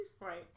right